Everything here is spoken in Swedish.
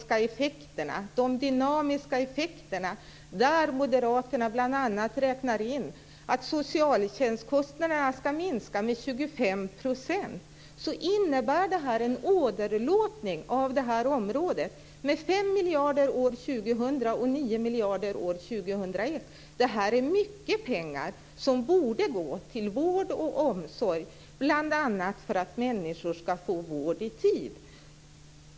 Sedan måste jag konstatera när jag tittar på det moderata alternativet till ekonomi för det här området att det framgår klart och tydligt - om jag räknar bort de dynamiska effekterna, där moderaterna bl.a. räknar in att socialtjänstkostnaderna ska minska med 25 %- att det innebär en åderlåtning av det här området med 5 miljarder år 2000 och 9 miljarder år 2001. Det här är mycket pengar, som borde gå till vård och omsorg, bl.a. för att människor ska få vård i tid.